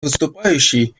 выступающий